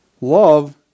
love